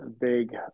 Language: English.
big